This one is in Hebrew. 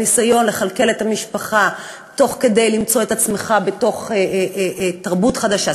הניסיון לכלכל את המשפחה ותוך כדי למצוא את עצמך בתוך תרבות חדשה,